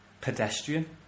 pedestrian